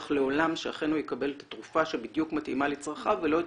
לעולם שאכן הוא יקבל את התרופה שבדיוק מתאימה לצרכיו ולא את